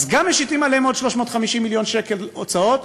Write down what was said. אז גם משיתים עליהם עוד 350 מיליון שקל הוצאות,